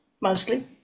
mostly